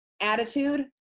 attitude